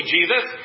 Jesus